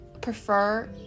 prefer